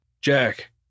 Jack